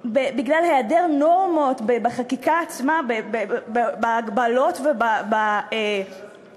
בגלל היעדר נורמות בחקיקה עצמה, בהגבלות ובמגבלות